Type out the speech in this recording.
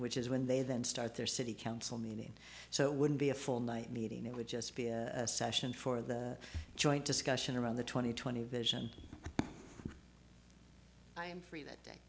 which is when they then start their city council meeting so it wouldn't be a full night meeting it would just be a session for the joint discussion around the twenty twenty vision i am free that